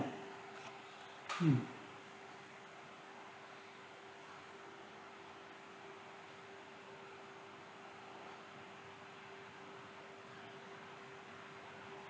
mm